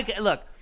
look